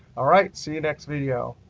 all right. see you next video.